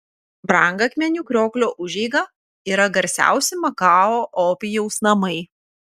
brangakmenių krioklio užeiga yra garsiausi makao opijaus namai